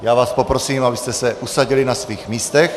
Já vás poprosím, abyste se usadili na svých místech.